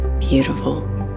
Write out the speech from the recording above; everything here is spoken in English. Beautiful